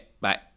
Bye